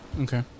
Okay